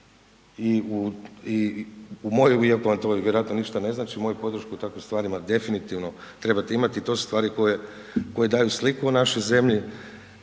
I moju, iako vam to vjerojatno ništa ne znači, moju podršku u takvim stvarima definitivno trebate imati i to su stvari koje daju sliku o našoj zemlji